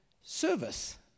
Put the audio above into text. service